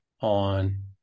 on